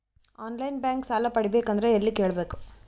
On line bank ಸಾಲ ಪಡಿಬೇಕಂದರ ಎಲ್ಲ ಕೇಳಬೇಕು?